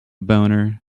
boner